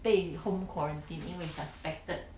被 home quarantine 因为 suspected